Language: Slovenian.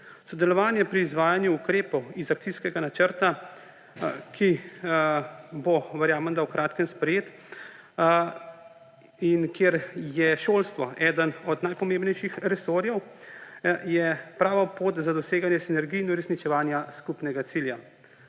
Sodelovanje pri izvajanju ukrepov iz Akcijskega načrta, ki bo, verjamem, da v kratkem sprejet, in kjer je šolstvo eden od najpomembnejših resorjev, je prava pot za doseganje sinergij in uresničevanja skupnega cilja.